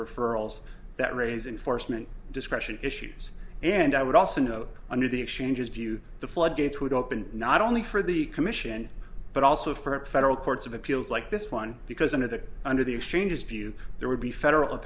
referrals that raise in forstmann discretion issues and i would also note under the exchanges view the floodgates would open not only for the commission but also for a federal courts of appeals like this one because under the under the exchanges few there would be federal